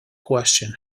question